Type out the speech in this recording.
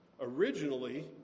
Originally